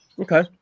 Okay